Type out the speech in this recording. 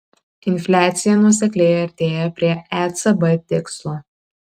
infliacija nuosekliai artėja prie ecb tikslo